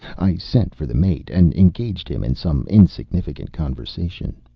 i sent for the mate and engaged him in some insignificant conversation.